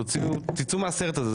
תצאו מהסרט הזה.